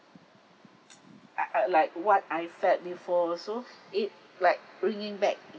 uh uh like what I felt before so it like bringing back it